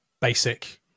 basic